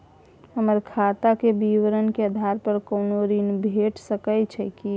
हमर खाता के विवरण के आधार प कोनो ऋण भेट सकै छै की?